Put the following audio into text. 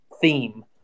theme